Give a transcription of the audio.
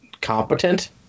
competent